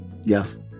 Yes